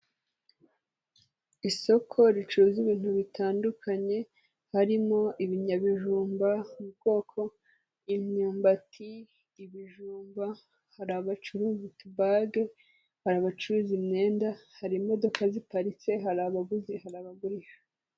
Isoko ricuruza ibintu bitandukanye harimo ibinyabijumba mu bwoko imyumbati, ibijumba hari abacuruza utubage hariba abacuruza imyenda, hari imodoka ziparitse hari abaguzi, hari abagurisha.